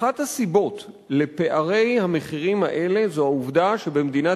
הם אומרים שאחת הסיבות לפערי המחירים האלה היא העובדה שבמדינת